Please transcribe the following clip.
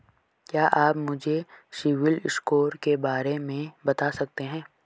क्या आप मुझे सिबिल स्कोर के बारे में बता सकते हैं?